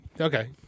Okay